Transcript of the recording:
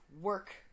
work